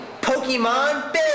Pokemon